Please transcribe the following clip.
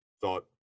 thought